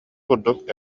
курдук